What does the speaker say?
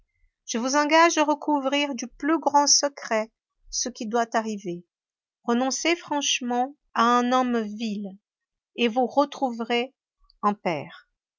je vous engage à recouvrir du plus grand secret ce qui doit arriver renoncez franchement à un homme vil et vous retrouverez un père